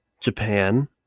Japan